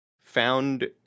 found